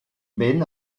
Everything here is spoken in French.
ben